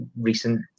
recent